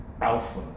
Alpha